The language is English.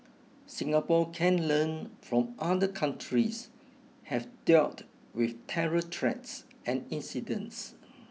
Singapore can learn from other countries have dealt with terror threats and incidents